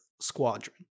Squadron